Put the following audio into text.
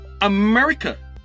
America